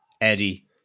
Eddie